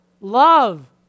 love